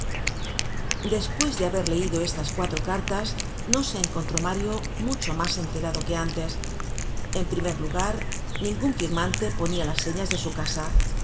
despues de haber leido estas cuatro cartas no se encontró mario mucho mas enterado que antes en primer lugar ningun firmante ponia las señas de su casa